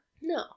No